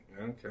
okay